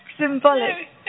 symbolic